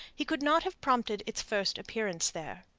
he could not have prompted its first appearance there.